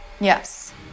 Yes